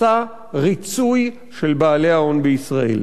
מסע ריצוי של בעלי ההון בישראל.